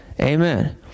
amen